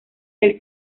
del